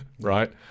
right